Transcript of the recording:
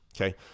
okay